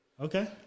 Okay